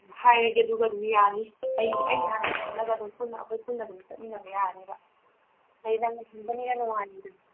ꯍꯥꯏꯔꯒꯦ ꯑꯗꯨꯒ ꯑꯗꯨꯝ ꯌꯥꯅꯤ ꯑꯩ ꯍꯥꯟꯅ ꯂꯧꯈꯠꯂꯒ ꯑꯗꯨꯝ ꯄꯨꯟꯅ ꯑꯩꯈꯣꯏ ꯄꯨꯟꯅ ꯑꯗꯨꯝ ꯆꯠꯃꯤꯟꯅꯕ ꯌꯥꯒꯅꯦꯕ ꯑꯩ ꯅꯪ ꯅꯊꯟꯇꯅꯤꯅ ꯅꯨꯡꯉꯥꯏꯔꯣꯏꯗꯅ